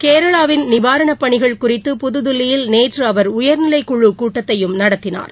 கேரளாவின் நிவாரண பணிகள் குறித்து புதுதில்லியில் நேற்று அவர் உயர்நிலைக் குழுக் கூட்டத்தையும் நடத்தினார்